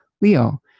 Leo